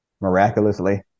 miraculously